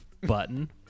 Button